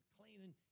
cleaning